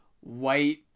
white